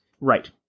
Right